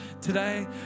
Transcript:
Today